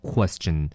Question